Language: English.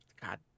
god